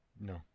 No